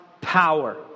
power